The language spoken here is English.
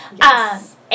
Yes